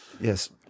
Yes